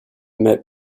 met